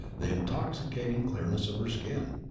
the intoxicating clearness of her skin,